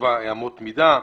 שתקבע אמות מידה.